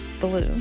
blue